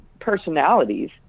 personalities